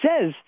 says